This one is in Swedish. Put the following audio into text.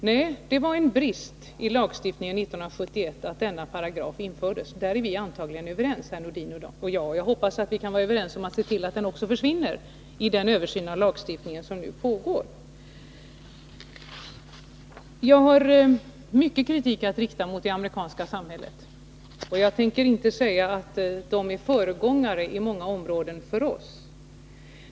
Det var inte bra att denna paragraf infördes i samband med lagstiftningen 1971 — på den punkten är herr Nordin och jag antagligen överens. Jag hoppas att vi kan vara överens om att också se till att den försvinner i samband med den översyn av lagstiftningen som nu pågår. Jag har mycken kritik att rikta mot det amerikanska samhället. Jag tänker inte säga att man där på många områden är föregångare för oss.